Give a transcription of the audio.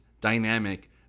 dynamic